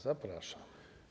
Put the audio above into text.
Zapraszam.